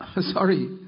sorry